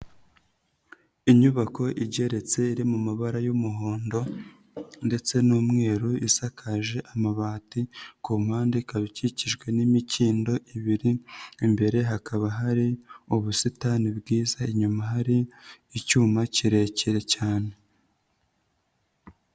Inyubako igeretse, iri mu mabara y'umuhondo ndetse n'umweru isakaje amabati, ku mpande ikaba ikikijwe n'imikindo ibiri, imbere hakaba hari ubusitani bwiza, inyuma hari icyuma kirekire cyane.